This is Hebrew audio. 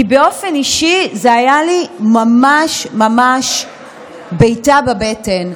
כי באופן אישי זה היה לי ממש ממש בעיטה בבטן.